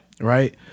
right